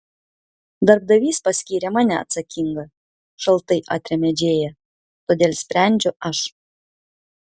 darbdavys paskyrė mane atsakinga šaltai atrėmė džėja todėl sprendžiu aš